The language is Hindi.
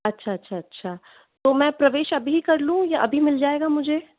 अच्छा अच्छा अच्छा तो मैं प्रवेश अभी कर लूँ या अभी मिल जाएगा मुझे